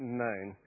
known